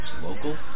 local